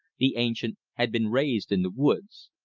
the ancient had been raised in the woods.